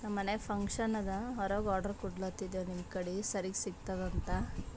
ನಮ್ಮಮನೆಗ್ function ಅದ ಹೊರಗೆ order ಕೊಡ್ಲತಿದೆವೆ ನಿಮ್ಮ ಕಡೆ ಸರಿಗೆ ಸಿಗ್ತದಂತ